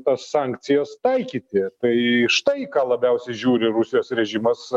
tas sankcijas taikyti tai štai į ką labiausiai žiūri rusijos režimas